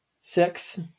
Six